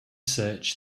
search